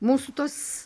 mūsų tos